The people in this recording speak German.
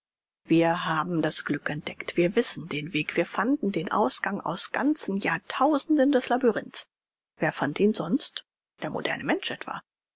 wir haben das glück entdeckt wir wissen den weg wir fanden den ausgang aus ganzen jahrtausenden des labyrinths wer fand ihn sonst der moderne mensch etwa